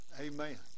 Amen